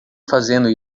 fazendo